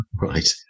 right